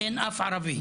אין אף ערבי,